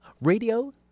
radio